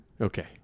Okay